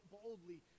boldly